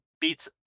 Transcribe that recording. beats